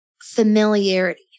familiarity